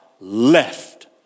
left